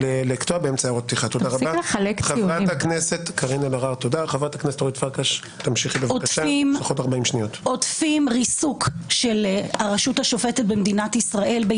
חברת הכנסת אפרת רייטן, יש תקנון בכנסת ישראל.